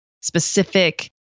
specific